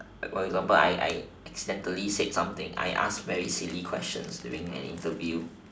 for example I I accidentally said something I ask very silly questions during an interview